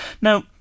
Now